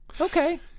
okay